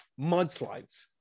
mudslides